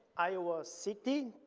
iowa city,